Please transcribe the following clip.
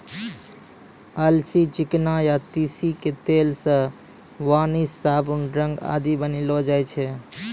अलसी, चिकना या तीसी के तेल सॅ वार्निस, साबुन, रंग आदि बनैलो जाय छै